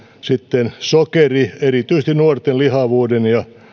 sitten sokeri erityisesti nuorten lihavuuden